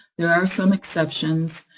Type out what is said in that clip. there are some exceptions,